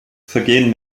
vergehen